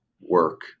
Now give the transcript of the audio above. work